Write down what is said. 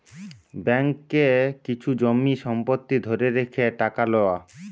ব্যাঙ্ককে কিছু জমি সম্পত্তি ধরে রেখে টাকা লওয়া